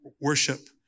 worship